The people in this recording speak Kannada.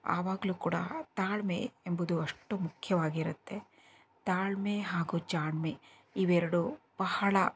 ಆವಾಗ್ಲೂ ಕೂಡ ತಾಳ್ಮೆ ಎಂಬುದು ಅಷ್ಟು ಮುಖ್ಯವಾಗಿರುತ್ತೆ ತಾಳ್ಮೆ ಹಾಗೂ ಜಾಣ್ಮೆ ಇವೆರಡೂ ಬಹಳ